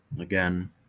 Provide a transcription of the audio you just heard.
again